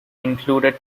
included